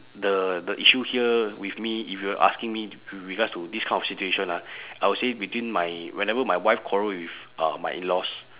the the issue here with me if you asking me with regards to this kind of situation ah I will say between my whenever my wife quarrel with uh my in laws